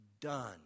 done